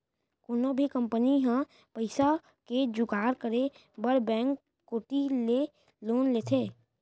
कोनो भी कंपनी ह पइसा के जुगाड़ करे बर बेंक कोती ले लोन लेथे